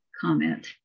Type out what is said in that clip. comment